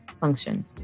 function